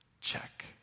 check